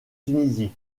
tunisie